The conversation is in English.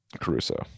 caruso